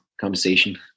conversation